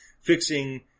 fixing